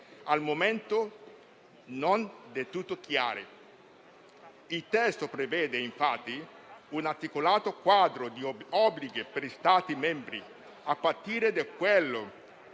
al momento non del tutto chiare. Il testo prevede infatti un articolato quadro di obblighi per gli Stati membri, a partire da quello